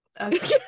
Okay